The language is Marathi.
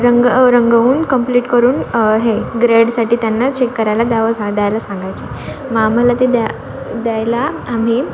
रंग रंगवून कम्प्लिट करून हे ग्रेडसाठी त्यांना चेक करायला द्यावं द्यायला सांगायचे मग आम्हाला ते द्या द्यायला आम्ही